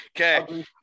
okay